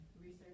Research